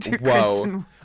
whoa